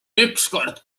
ükskord